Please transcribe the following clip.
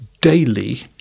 daily